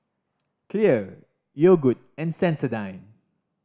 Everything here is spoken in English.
Clear Yogood and Sensodyne